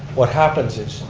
what happens is,